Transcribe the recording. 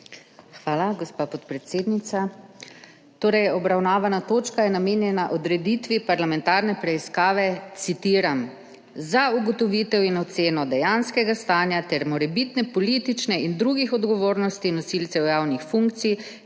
Hvala, gospa podpredsednica. Obravnavana točka je namenjena odreditvi Parlamentarne preiskave za ugotovitev in oceno dejanskega stanja ter morebitne politične in drugih odgovornosti nosilcev javnih funkcij